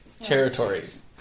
territories